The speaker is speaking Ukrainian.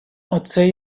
оце